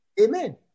Amen